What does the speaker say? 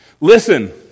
Listen